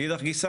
מאידך גיסא,